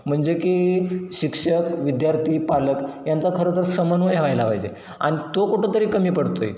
म्हणजे की शिक्षक विद्यार्थी पालक यांचा खरं तर समन्वय व्हायला पाहिजे आणि तो कुठंतरी कमी पडतोय